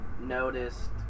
noticed